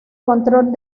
control